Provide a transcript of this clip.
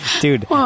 dude